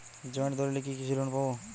Joint দলিলে কি কৃষি লোন পাব?